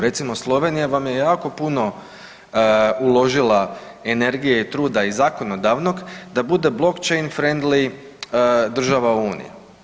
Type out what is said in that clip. Recimo Slovenija vam je jako puno uložila energije i truda i zakonodavnog da bude blockchain friendly država unije.